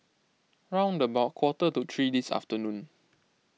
round about quarter to three this afternoon